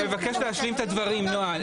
אני מבקש להשלים את הדברים נעה.